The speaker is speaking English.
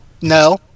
no